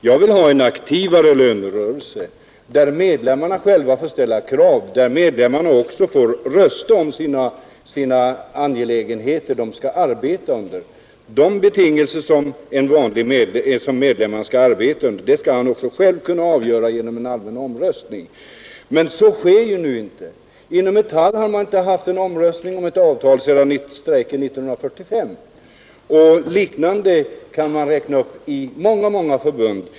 Jag vill ha en aktivare lönerörelse, där medlemmarna själva får ställa krav och där medlemmarna får rösta om sina angelägenheter. De betingelser medlemmarna skall arbeta under skall de också själva kunna besluta om genom en allmän omröstning. Men så sker nu inte. Inom Metall har man inte haft en omröstning om ett avtal sedan strejken 1945, och liknande är förhållandena inom många andra förbund.